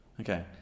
Okay